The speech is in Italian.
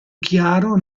chiaro